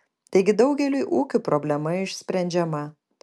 taigi daugeliui ūkių problema išsprendžiama